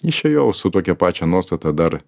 išėjau su tokia pačia nuostata dar